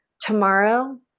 tomorrow